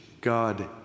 God